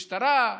משטרה,